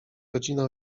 godzina